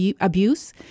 abuse